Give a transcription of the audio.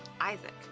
Isaac